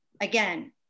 again